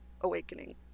awakening